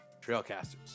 Trailcasters